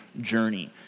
journey